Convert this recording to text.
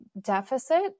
deficit